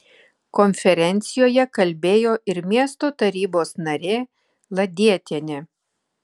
konferencijoje kalbėjo ir miesto tarybos narė ladietienė